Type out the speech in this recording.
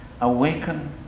Awaken